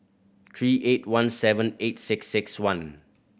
three eight one seven eight six six one